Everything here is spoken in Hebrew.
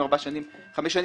ארבע או חמש שנים,